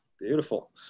Beautiful